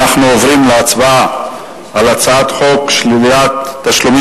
אנחנו עוברים להצבעה על הצעת חוק שלילת תשלומים